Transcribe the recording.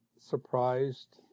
surprised